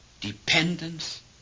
dependence